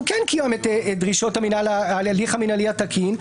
כן קיים את דרישות ההליך המנהלי התקין.